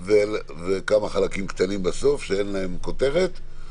ועוד כמה חלקים קטנים בסוף שאין להם כותרת.